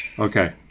Okay